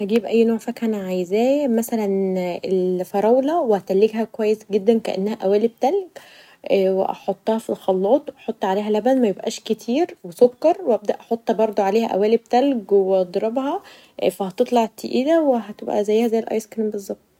هجيب اي نوع فاكهه أنا عايزاه ، مثلا الفراوله و هتلجها كويس جدا كأنها قوالب تلج و احطها في الخلاط و احط عليها لبن ميبقاش كتير و احط عليها سكر و أبدا احطها عليها برضو قوالب تلج و أضربها فهتطلع تقيله وهتبقي زيها زي الآيس كريم بالظبط.